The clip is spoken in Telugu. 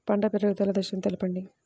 పంట పెరుగుదల దశలను తెలపండి?